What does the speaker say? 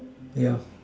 yeah